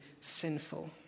sinful